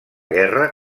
guerra